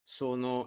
sono